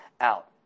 out